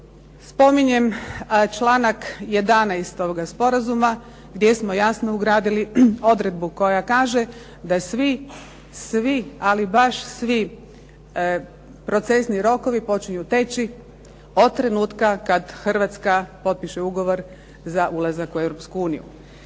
spominjem članak 11. ovoga sporazuma gdje smo jasno ugradili odredbu koja kaže da svi ali baš svi procesni rokovi počinju teći od trenutka kad Hrvatska potpiše ugovor za ulazak u